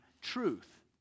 truth